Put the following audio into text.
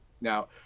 Now